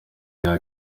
rya